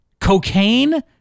cocaine